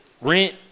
Rent